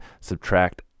subtract